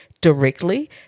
directly